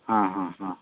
ಹಾಂ ಹಾಂ ಹಾಂ